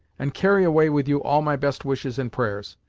and carry away with you all my best wishes and prayers.